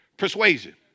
Persuasion